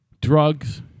drugs